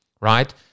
right